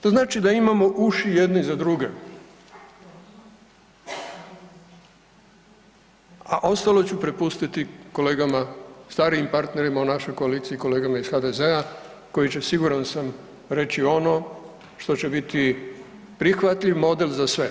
To znači da imamo uši jedni za druge, a ostalo ću prepustiti kolegama starijim partnerima u našoj koaliciji, kolegama iz HDZ-a koji će siguran sam reći ono što će biti prihvatljiv model za sve.